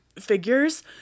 figures